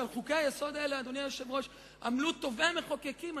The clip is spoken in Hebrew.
על חוקי-היסוד האלה עמלו טובי המחוקקים,